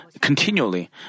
continually